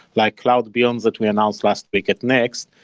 like cloud vms that we announced last week at next,